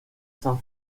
san